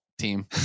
team